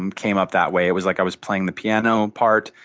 and came up that way. it was like i was playing the piano part.